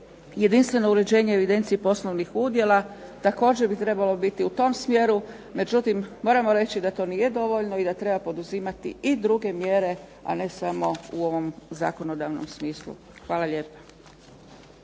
jedinstveno uređenje evidencije poslovnih udjela također bi trebalo biti u tom smjeru, međutim moramo reći da to nije dovoljno i da treba poduzimati i druge mjere a ne samo u ovom zakonodavnom smislu. Hvala lijepa.